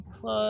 plus